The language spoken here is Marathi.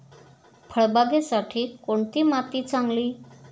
फळबागेसाठी कोणती माती चांगली?